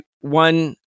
one